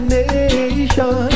nation